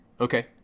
Okay